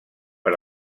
per